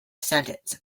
sentence